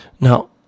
Now